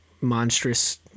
monstrous